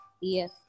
Yes